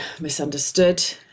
misunderstood